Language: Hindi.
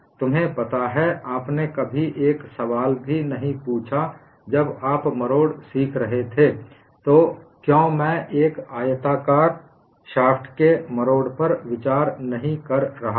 तुम्हे पता हैं आपने कभी एक सवाल भी नहीं पूछा जब आप मरोड़ सीख रहे हैं तो क्यों मैं एक आयताकार शाफ्ट के मरोड़ पर विचार नहीं कर रहा हूँ